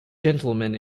gentleman